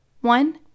One